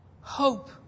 Hope